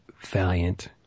Valiant